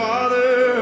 Father